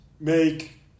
make